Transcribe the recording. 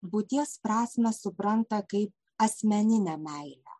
būties prasmę supranta kaip asmeninę meilę